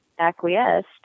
acquiesced